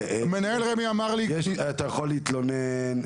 אתה יכול להתלונן,